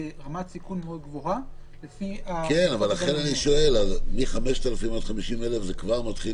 ברמת סיכון מאוד גבוהה --- לכן אני שואל זה כבר מתחיל